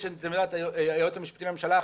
יש את עמדת היועץ המשפטי לממשלה,